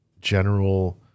general